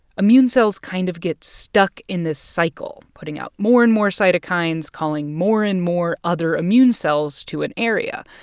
immune cells kind of get stuck in this cycle, putting out more and more cytokines, calling more and more other immune cells to an area,